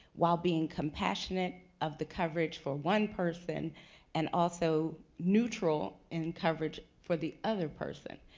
while being compassionate of the coverage for one person and also neutral in coverage for the other person?